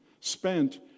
spent